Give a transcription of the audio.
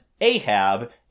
Ahab